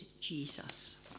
Jesus